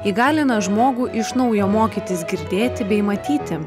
įgalina žmogų iš naujo mokytis girdėti bei matyti